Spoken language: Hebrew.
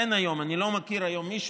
אין כיום,